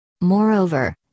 Moreover